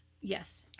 yes